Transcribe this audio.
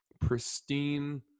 pristine